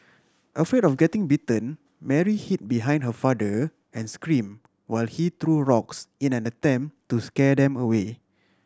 afraid of getting bitten Mary hid behind her father and scream while he threw rocks in an attempt to scare them away